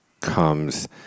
comes